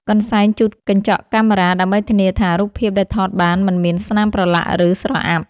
កន្សែងជូតកញ្ចក់កាមេរ៉ា ដើម្បីធានាថា រូបភាពដែលថតបានមិនមានស្នាមប្រឡាក់ ឬស្រអាប់។